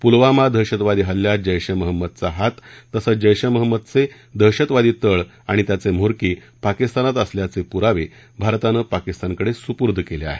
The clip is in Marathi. पुलवामा दहशतवादी हल्ल्यात जैश ए मोहम्मदचा हात तसंच जैश ए मोहम्मदचे दहशतवादी तळ आणि त्याचे म्होरके पाकिस्तानात असल्याचं पुरावे भारतानं पाकिस्तानकडे सुपूर्द केले आहेत